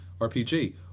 RPG